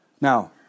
Now